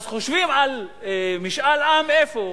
חושבים על משאל עם איפה?